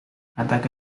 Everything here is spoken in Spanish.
ataca